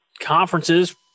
conferences